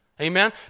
Amen